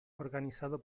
organizado